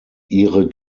ihre